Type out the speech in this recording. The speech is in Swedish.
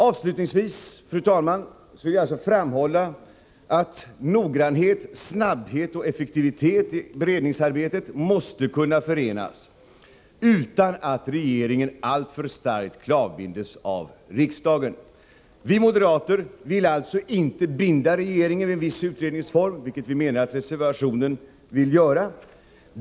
Avslutningsvis vill jag, fru talman, framhålla att noggrannhet, snabbhet och effektivitet i beredningsarbetet måste kunna förenas utan att regeringen alltför starkt klavbinds av riksdagen. Vi moderater vill alltså inte binda regeringen vid en viss utredningsform, vilket vi anser att reservanterna vill göra.